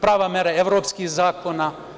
Prava mera evropskih zakona.